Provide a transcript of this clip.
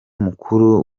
mukuru